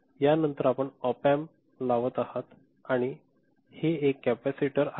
यानंतर आपण ओपॅम्प लावत आहात आणि हे एक कॅपेसिटर आहे